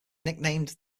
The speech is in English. nicknamed